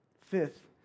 Fifth